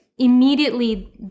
immediately